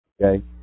Okay